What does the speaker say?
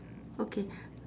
okay